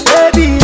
Baby